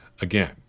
again